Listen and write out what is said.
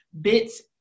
bits